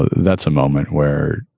that's a moment where,